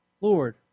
Lord